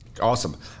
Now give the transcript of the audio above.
Awesome